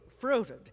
Fruited